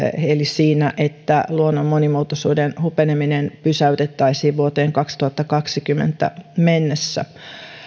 eli siinä että luonnon monimuotoisuuden hupeneminen pysäytettäisiin vuoteen kaksituhattakaksikymmentä mennessä